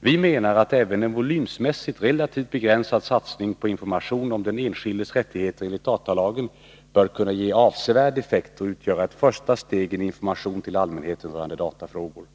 Vi menar att även en volymmässigt relativt begränsad satsning på information om den enskildes rättigheter enligt datalagen bör kunna ge avsevärd effekt och utgöra ett första steg i en information till allmänheten rörande datafrågor.